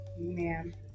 Man